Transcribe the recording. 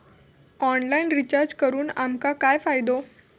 Online recharge करून आमका काय फायदो?